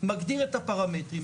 מגדירים את הפרמטרים.